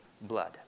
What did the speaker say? blood